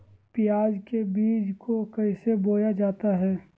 प्याज के बीज को कैसे बोया जाता है?